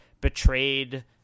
betrayed